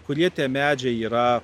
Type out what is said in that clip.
kurie tie medžiai yra